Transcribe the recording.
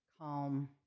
calm